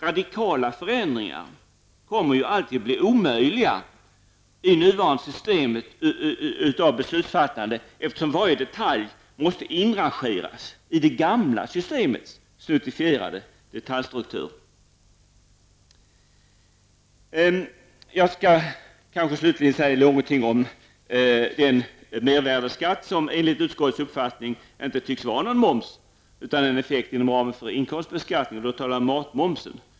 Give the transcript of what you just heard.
Radikala förändringar kommer ju alltid att bli omöjliga med det nuvarande systemet för beslutsfattandet, eftersom varje detalj måste inrangeras i det gamla systemets snuttifierade detaljstruktur. Slutligen skall jag säga något om den mervärdeskatt som enligt utskottets uppfattning inte tycks vara någon moms utan en effekt inom ramen för inkomstbeskattningen. Det gäller matmomsen.